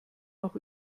noch